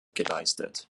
geleistet